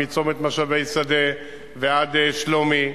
מצומת משאבי-שדה ועד שלומי,